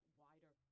wider